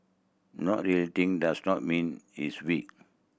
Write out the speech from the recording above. not retaliating does not mean he is weak